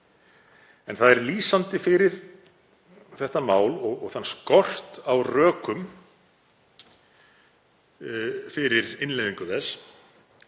Það er lýsandi fyrir þetta mál og skort á rökum fyrir innleiðingu þess